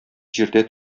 җирдә